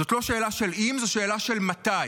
זאת לא שאלה של אם, זו שאלה של מתי.